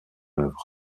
œuvre